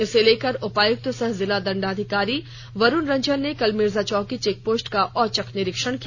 इसे लेकर उपायुक्त सह जिला दंडाधिकारी वरुण रंजन ने कल मिर्जाचौकी चेकपोस्ट का औचक निरीक्षण किया